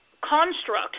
construct